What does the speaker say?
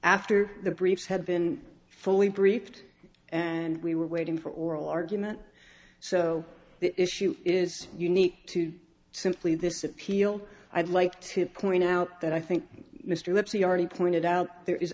after the briefs had been fully briefed and we were waiting for oral argument so the issue is unique to simply this appeal i'd like to point out that i think mr lipsey already pointed out there is